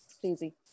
crazy